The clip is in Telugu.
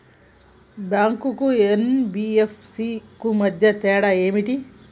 బ్యాంక్ కు ఎన్.బి.ఎఫ్.సి కు మధ్య తేడా ఏమిటి?